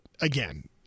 again